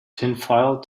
tinfoil